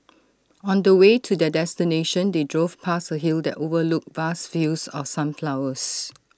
on the way to their destination they drove past A hill that overlooked vast fields of sunflowers